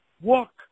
walk